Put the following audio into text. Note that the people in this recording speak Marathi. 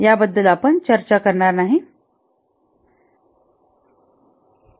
याबद्दल आपण चर्चा करणार नाही